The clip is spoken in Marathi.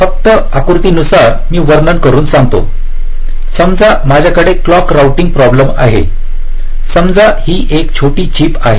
फक्त आकृती नुसार मी वर्णन करून संगतो समजा माझ्याकडे क्लॉक रोऊटिंग प्रॉब्लेम आहेसमजा ही एक छोटी चिप आहे